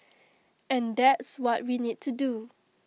and that's what we need to do